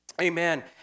amen